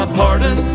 pardon